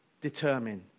determine